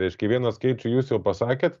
reiškia vieną skaičių jūs jau pasakėt